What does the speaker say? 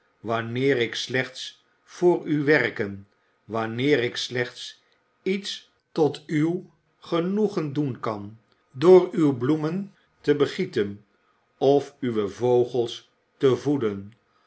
wanneer ik slechts voor u werken wanneer ik slechts iets tot uw genoegen doen kan door uw bloemen te begieten of uwe vogels te voeden